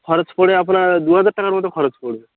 খরচ পড়বে আপনার দু হাজার টাকার মতো খরচ পড়বে